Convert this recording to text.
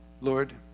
Lord